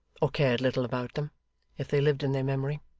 or cared little about them if they lived in their memory